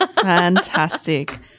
Fantastic